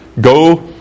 go